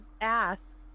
ask